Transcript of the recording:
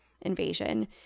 invasion